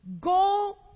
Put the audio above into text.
Go